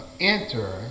enter